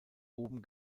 oben